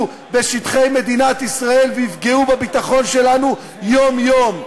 בשטחי מדינת ישראל ויפגעו בביטחון שלנו יום-יום.